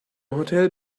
hotel